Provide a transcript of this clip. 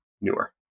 newer